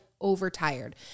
overtired